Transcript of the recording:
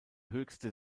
höchste